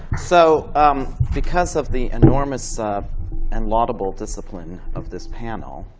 so because of the enormous and laudable discipline of this panel,